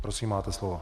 Prosím, máte slovo.